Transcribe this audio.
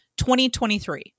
2023